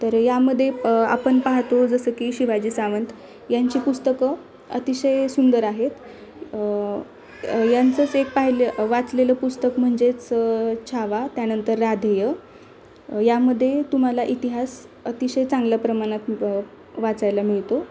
तर यामध्ये आपण पाहतो जसं की शिवाजी सावंत यांची पुस्तकं अतिशय सुंदर आहेत यांचंच एक पाहिलं वाचलेलं पुस्तक म्हणजेच छावा त्यानंतर राधेय यामध्ये तुम्हाला इतिहास अतिशय चांगल्या प्रमाणात वाचायला मिळतो